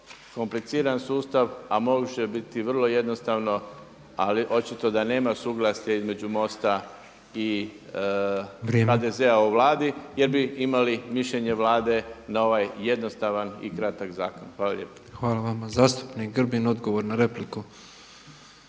kompliciran sustav a može biti vrlo jednostavno ali očito da nema suglasja između MOST-a i HDZ-a o Vladi jer bi imali mišljenje Vlade na ovaj jednostavan i kratak zakon. Hvala lijepo. **Petrov, Božo (MOST)** Hvala vama. Zastupnik Grbin odgovor na repliku.